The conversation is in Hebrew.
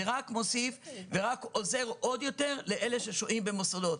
הוא רק מוסיף ורק עוזר עוד יותר לאלה ששוהים במוסדות.